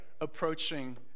approaching